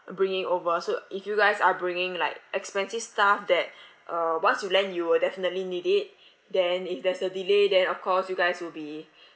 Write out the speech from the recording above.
bringing over so if you guys are bringing like expensive stuff that uh once you land you will definitely need it then if there's a delay then of course you guys will be